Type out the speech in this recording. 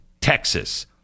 Texas